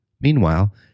Meanwhile